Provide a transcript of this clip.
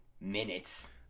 minutes